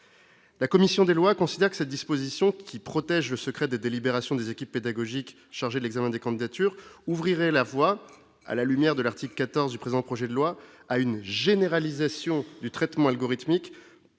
La commission des lois, considère que cette disposition qui protège le secret des délibérations des équipes pédagogiques, chargée de l'examen des candidatures ouvrirait la voie à la lumière de l'article 14 du présent projet de loi à une généralisation du traitement algorithmique